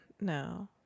no